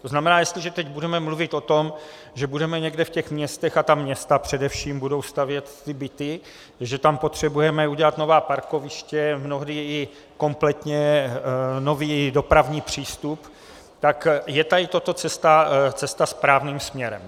To znamená, jestliže teď budeme mluvit o tom, že budeme někde ve městech a ta města především budou stavět byty, že tam potřebujeme udělat nová parkoviště, mnohdy i kompletně nový dopravní přístup, tak je tady toto cesta správným směrem.